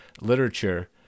literature